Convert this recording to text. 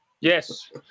Yes